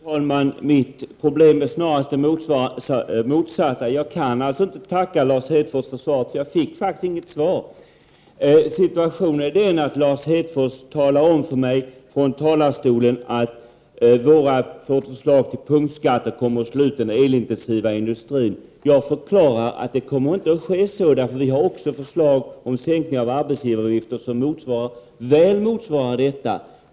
Fru talman! Mitt problem är snarare det motsatta. Jag kan inte tacka Lars Hedfors för svaret, eftersom jag inte fick något. Lars Hedfors talade om för mig att vårt förslag till punktskatter kommer att slå ut den elintensiva industrin. Så kommer inte att ske, eftersom vi också har förslag om sänkningar av arbetsgivaravgifter som väl motsvarar detta skatteuttag.